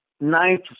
ninth